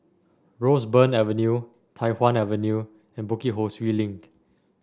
Roseburn Avenue Tai Hwan Avenue and Bukit Ho Swee Link